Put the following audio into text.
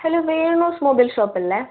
hello Venu's mobile shop അല്ലേ